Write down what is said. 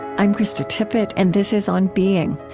i'm krista tippett, and this is on being.